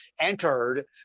entered